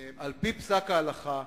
על-פי פסק ההלכה,